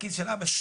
מהכיס של אבא שלו.